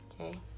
Okay